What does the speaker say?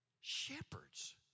shepherds